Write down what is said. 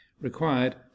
required